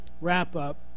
wrap-up